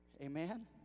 Amen